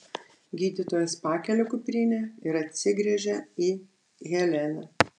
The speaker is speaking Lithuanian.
gydytojas pakelia kuprinę ir atsigręžia į heleną